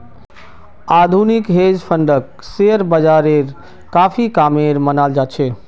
आधुनिक हेज फंडक शेयर बाजारेर काफी कामेर मनाल जा छे